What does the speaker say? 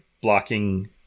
blocking